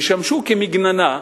ישמשו כמגננה,